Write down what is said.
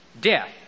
death